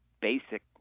basic